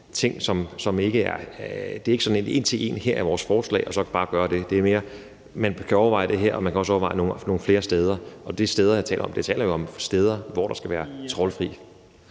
ting, hvor det ikke er sådan en til en, at her er vores forslag, og så er det bare at gøre det. Det er mere sådan, at man kan overveje det her, og man kan også overveje nogle flere steder, og de steder, jeg taler om, er jo steder, som skal være trawlfri.